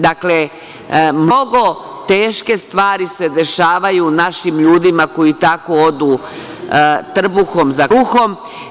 Dakle, mnogo teške stvari se dešavaju našim ljudima koji tako odu trbuhom za kruhom.